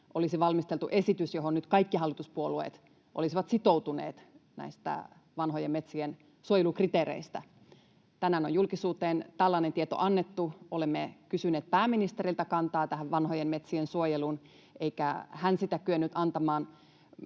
suojelukriteereistä esitys, johon nyt kaikki hallituspuolueet olisivat sitoutuneet? Tänään on julkisuuteen tällainen tieto annettu, ja olemme kysyneet pääministeriltä kantaa tähän vanhojen metsien suojeluun, eikä hän sitä kyennyt antamaan.